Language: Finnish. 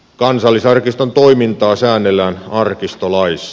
kansallisarkiston toimintaa säännellään arkistolaissa